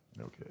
Okay